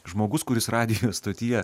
žmogus kuris radijo stotyje